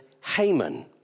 Haman